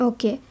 Okay